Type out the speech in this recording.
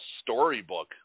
storybook